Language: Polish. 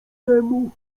temu